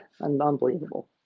unbelievable